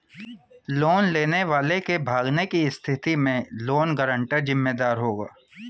loan लेने वाले के भागने की स्थिति में लोन गारंटर जिम्मेदार होगा